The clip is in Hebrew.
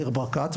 ניר ברקת,